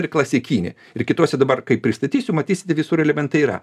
ir klasikinį ir kituose dabar kai pristatysiu matysite visur elementai yra